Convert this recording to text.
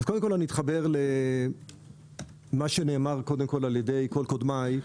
קודם כול אתחבר אל מה שנאמר קודם על ידי כל קודמיי,